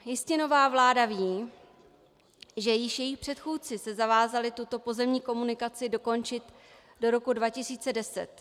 Jistě nová vláda ví, že již její předchůdci se zavázali tuto pozemní komunikaci dokončit do roku 2010.